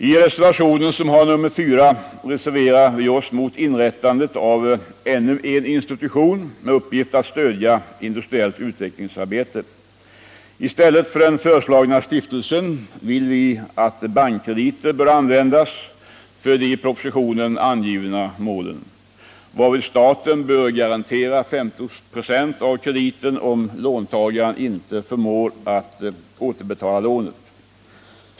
I reservationen 4 reserverar vi oss emot inrättandet av ännu en institution med uppgift att stödja industriellt utvecklingsarbete. I stället för den föreslagna stiftelsen vill vi att bankkrediter skall användas för de i propositionen angivna målen, varvid staten bör garantera 50 96 av krediten om låntagaren inte förmår återbetala lånet.